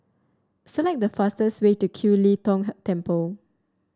select the fastest way to Kiew Lee Tong Temple